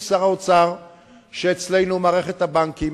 המחלוקת שלי עם שר האוצר איננה מחלוקת אישית.